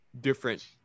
different